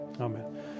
amen